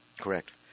Correct